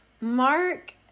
Mark